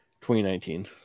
2019